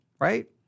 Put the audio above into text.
right